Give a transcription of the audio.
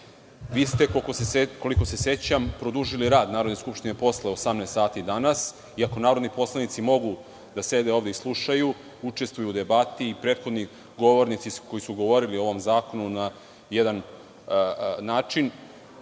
Vi ste, koliko se sećam, produžili rad Narodne skupštine posle 18,00 sati danas. Narodni poslanici mogu da sede ovde, slušaju i učestvuju u debati. Prethodni govornici koji su govorili o ovom zakonu na jedan način